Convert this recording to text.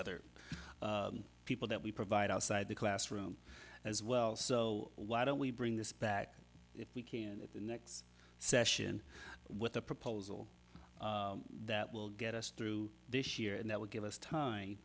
other people that we provide outside the classroom as well so why don't we bring this back if we can at the next session with a proposal that will get us through this year and that would give us time